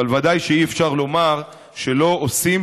אבל ודאי שאי-אפשר לומר שלא עושים.